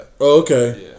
okay